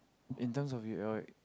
in terms of your